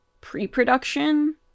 pre-production